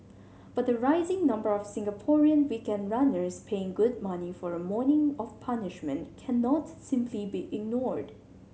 but the rising number of Singaporean weekend runners paying good money for a morning of punishment cannot simply be ignored